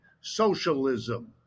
socialism